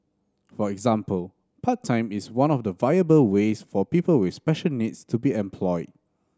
for example part time is one of the viable ways for people with special needs to be employed